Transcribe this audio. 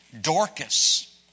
Dorcas